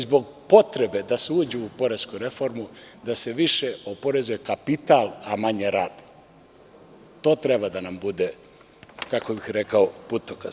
Zbog potrebe da se uđe u poresku reformu, da se više oporezuje kapital, a manje rad i to treba da nam bude putokaz.